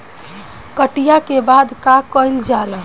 कटिया के बाद का कइल जाला?